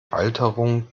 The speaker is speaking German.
alterung